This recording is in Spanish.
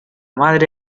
madre